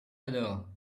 other